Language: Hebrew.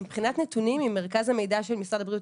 מבחינת נתונים ממרכז המידע של משרד הבריאות,